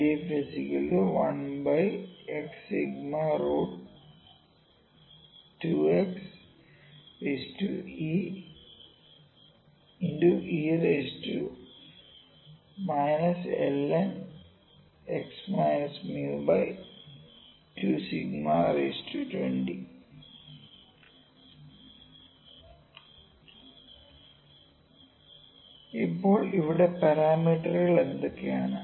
PDF 1xσ2πe ln x μ220 σ Standard deviation µ Mean ഇപ്പോൾ ഇവിടെ പാരാമീറ്ററുകൾ എന്തൊക്കെയാണ്